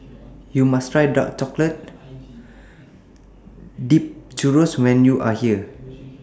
YOU must Try Dark Chocolate Dipped Churro when YOU Are here